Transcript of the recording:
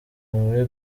muri